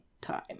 time